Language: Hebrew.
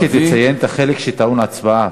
אני מבקש שתציין את החלק שטעון הצבעה,